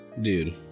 dude